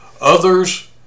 Others